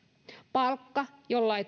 palkka jolla ei